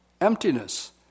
emptiness